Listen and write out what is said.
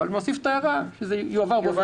אבל נוסיף את ההערה שזה יועבר באופן מיידי.